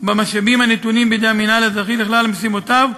במשאבים הנתונים בידי המינהל האזרחי לכלל משימותיו,